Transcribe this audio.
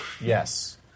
Yes